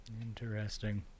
Interesting